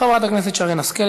חברת הכנסת שרן השכל,